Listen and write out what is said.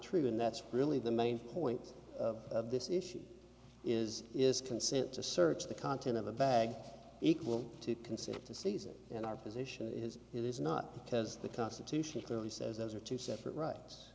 true and that's really the main point of this issue is is consent to search the content of the bag equal to consent to caesar and our position is it is not because the constitution clearly says those are two separate rights